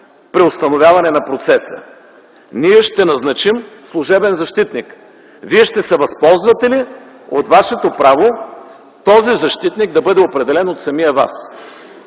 преустановяване на процеса. Ние ще назначим служебен защитник. Вие ще се възползвате ли от Вашето право този защитник да бъде определен от самия Вас?”.